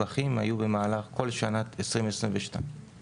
במהלך כל שנת 2022 היו לנו 1,443 מפוקחים.